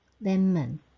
Lemon